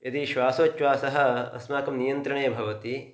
यदि श्वासोछ्वासः अस्माकं नियन्त्रणे भवति